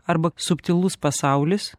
arba subtilus pasaulis